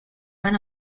van